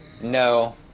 No